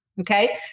Okay